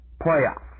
playoffs